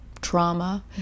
trauma